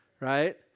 right